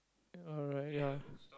alright ya